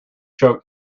choked